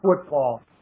football